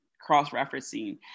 cross-referencing